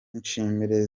nshimire